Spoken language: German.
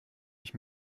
ich